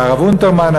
היה הרב אונטרמן,